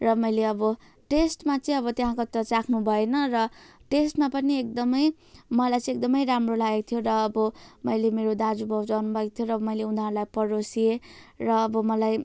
र मैले अब टेस्टमा चाहिँ अब त्यहाँको त चाख्नु भएन र टेस्टमा पनि एकदम एकदमै मलाई चाहिँ एकदमै राम्रो लागेको थियो र अब मैले मेरो दाजुभाउजू आउनुभएको थियो र मैले उनीहरूलाई परोसी दिएँ र अब मलाई